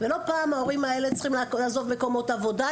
ולא פעם ההורים האלה צריכים לעזוב מקומות עבודה,